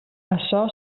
açò